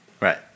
Right